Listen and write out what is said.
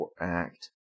act